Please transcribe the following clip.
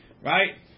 right